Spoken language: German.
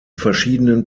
verschiedenen